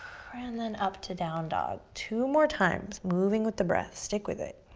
and then up to down dog. two more times, moving with the breath, stick with it.